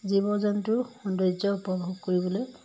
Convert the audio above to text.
জীৱ জন্তুৰ সৌন্দৰ্য উপভোগ কৰিবলৈ